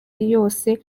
yose